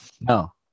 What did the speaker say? no